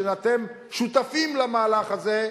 שאתם שותפים למהלך הזה,